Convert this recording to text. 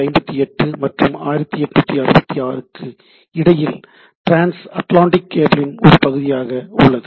1858 மற்றும் 1866 க்கு இடையில் டிரான்ஸ் அட்லாண்டிக் கேபிளின் ஒரு பகுதி உள்ளது